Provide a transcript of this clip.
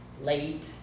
late